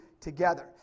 together